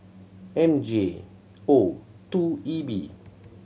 M J O two E B